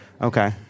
Okay